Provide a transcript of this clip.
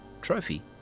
trophy